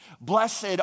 blessed